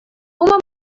uma